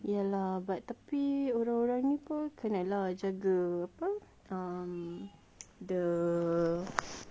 ya lah but tapi orang-orang ni pun kena lah jaga apa um the